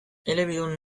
elebidun